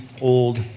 Old